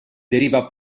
deriva